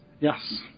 Yes